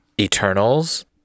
eternals